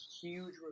huge